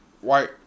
white